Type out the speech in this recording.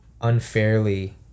unfairly